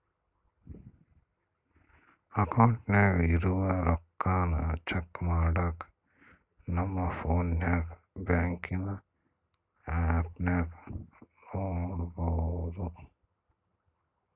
ಅಕೌಂಟಿನಾಗ ಇರೋ ರೊಕ್ಕಾನ ಚೆಕ್ ಮಾಡಾಕ ನಮ್ ಪೋನ್ನಾಗ ಬ್ಯಾಂಕಿನ್ ಆಪ್ನಾಗ ನೋಡ್ಬೋದು